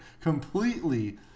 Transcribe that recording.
completely